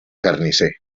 carnisser